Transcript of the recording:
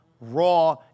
Raw